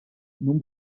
non